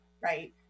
right